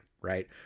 right